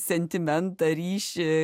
sentimentą ryšį